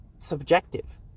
subjective